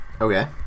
Okay